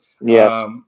Yes